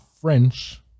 French